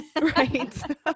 Right